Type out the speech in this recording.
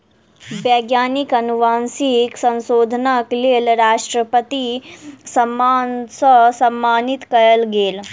वैज्ञानिक अनुवांशिक संशोधनक लेल राष्ट्रपति सम्मान सॅ सम्मानित कयल गेल